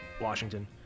Washington